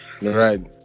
Right